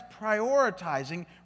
prioritizing